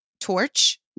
torch